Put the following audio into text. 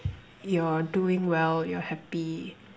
you're doing well you're happy